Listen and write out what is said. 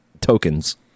tokens